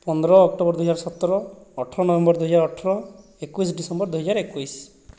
ପନ୍ଦର ଅକ୍ଟାବର ଦୁଇହଜାର ସତର ଅଠର ନଭେମ୍ବର ଦୁଇହଜାର ଅଠର ଏକୋଇଶ ଡିସେମ୍ବର ଦୁଇହଜାର ଏକୋଇଶ